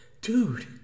dude